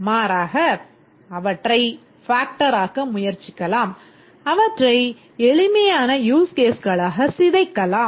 மாறாக அவற்றை factor ஆக்க முயற்சிக்கலாம் அல்லது அவற்றை எளிமையான யூஸ் கேஸ்களாக சிதைக்கலாம்